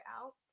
out